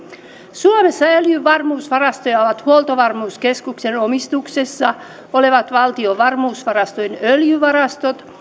suomessa öljyn varmuusvarastoja ovat huoltovarmuuskeskuksen omistuksessa olevat valtion varmuusvarastojen öljyvarastot